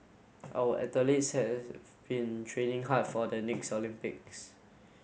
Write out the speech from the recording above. our athletes has been training hard for the next Olympics